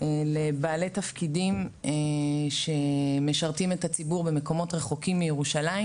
לבעלי תפקידים שמשרתים את הציבור במקומות רחוקים מירושלים,